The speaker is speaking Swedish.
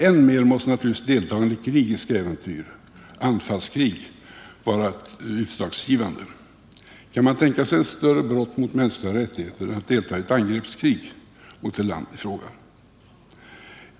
Än mer måste naturligtvis deltagande i krigiska äventyr, anfallskrig, vara utslagsgivande. Kan man tänka sig ett värre brott mot mänskliga rättigheter än att delta i ett angreppskrig?